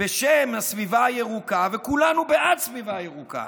בשם הסביבה הירוקה, וכולנו בעד סביבה ירוקה,